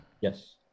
Yes